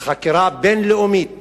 חקירה בין-לאומית